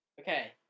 Okay